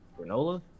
Granola